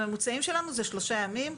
הממוצעים שלנו הם שלושה ימים.